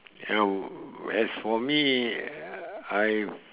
um well as for me I